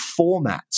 formats